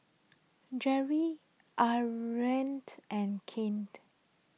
Jere and Kane